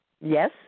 Yes